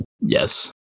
Yes